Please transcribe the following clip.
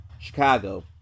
Chicago